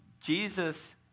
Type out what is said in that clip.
Jesus